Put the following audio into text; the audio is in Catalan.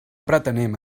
pretenem